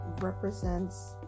represents